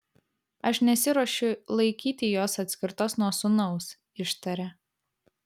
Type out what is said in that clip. aš nesiruošiu laikyti jos atskirtos nuo sūnaus ištaria